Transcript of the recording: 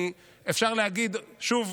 אפשר להגיד שוב,